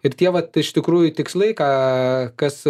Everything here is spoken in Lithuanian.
ir tie vat iš tikrųjų tikslai ką kas